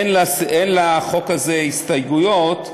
אין לחוק הזה הסתייגויות,